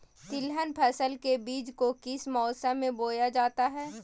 तिलहन फसल के बीज को किस मौसम में बोया जाता है?